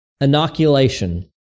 inoculation